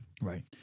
right